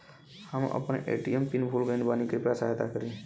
हम आपन ATM pin भूल गईल बानी कृपया सहायता करी